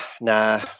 nah